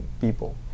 people